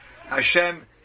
Hashem